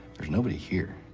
there's nobody here,